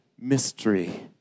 mystery